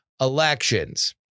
elections